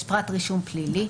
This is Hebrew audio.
יש פרט רישום פלילי,